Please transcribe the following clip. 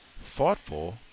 thoughtful